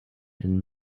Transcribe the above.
and